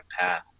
path